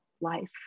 life